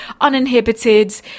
uninhibited